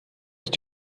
ist